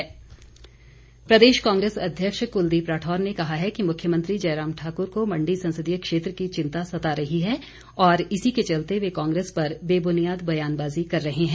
कुलदीप राठौर प्रदेश कांग्रेस अध्यक्ष क्लदीप राठौर ने कहा है कि मुख्यमंत्री जयराम ठाक्र को मण्डी संसदीय क्षेत्र की चिंता सता रही है और इसी के चलते वे कांग्रेस पर बेब्नियाद बयानबाजी कर रहे हैं